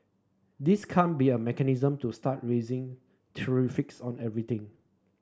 this can't be a mechanism to start raising tariffs on everything